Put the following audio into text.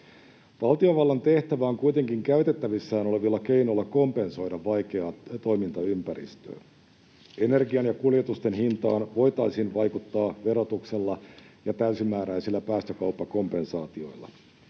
Valtiovallan tehtävä on kuitenkin käytettävissään olevilla keinoilla kompensoida vaikeaa toimintaympäristöä. Energian ja kuljetusten hintaan voitaisiin vaikuttaa verotuksella ja täysimääräisillä päästökauppakompensaatioilla.